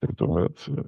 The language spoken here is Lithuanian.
ir tuomet